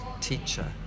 teacher